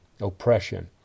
oppression